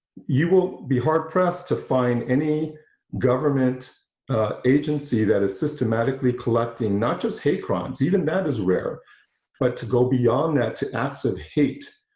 you will be hard-pressed to find any government agency that is systematically collecting not just hate crimes even that is rare, but to go beyond that to acts of hat,